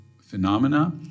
phenomena